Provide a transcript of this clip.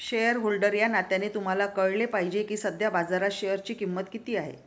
shareholder या नात्याने तुम्हाला कळले पाहिजे की सध्या बाजारात शेअरची किंमत किती आहे